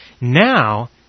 now